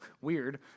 weird